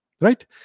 right